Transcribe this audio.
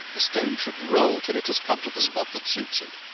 a stone should roll till it has come to the spot that suits it.